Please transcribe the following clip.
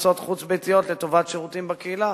מכסות חוץ-ביתיות לטובת שירותים בקהילה,